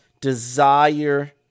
desire